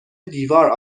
دیوار